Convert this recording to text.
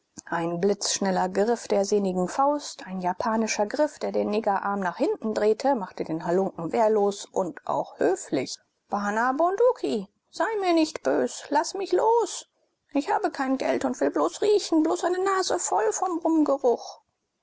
ein blitzschneller griff der sehnigen faust ein japanischer griff der den negerarm nach hinten drehte machte den halunken wehrlos und auch höflich bana bunduki sei mir nicht böse laß mich los ich habe kein geld und will bloß riechen bloß eine nase voll vom